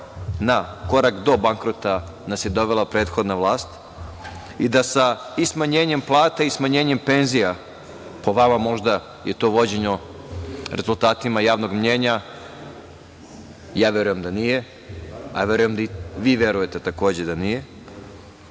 na korak do bankrota nas je dovela prethodna vlast, i da sa i smanjenjem plata i penzija, po vama možda je to vođeno rezultatima javnog mnjenja, verujem da nije, a verujem da i vi verujete takođe da